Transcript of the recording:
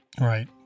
Right